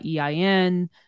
ein